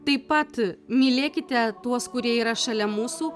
taip pat mylėkite tuos kurie yra šalia mūsų